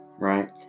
Right